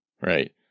right